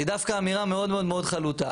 היא דווקא אמירה מאוד מאוד חלוטה.